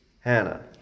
Hannah